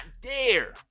dare